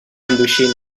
indoxina